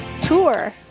tour